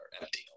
empty